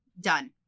done